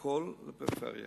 שהכול לפריפריה.